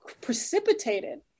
precipitated